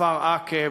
כפר-עקב